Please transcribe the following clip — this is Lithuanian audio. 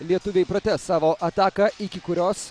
lietuviai pratęs savo ataką iki kurios